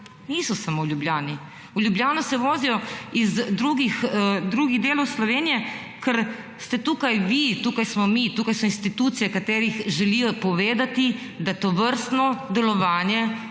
niso samo v Ljubljani. V Ljubljano se vozijo iz drugih delov Slovenije, ker ste tukaj vi, tukaj smo mi, tukaj so institucije, katerih želijo povedati, da tovrstno delovanje